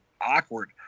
awkward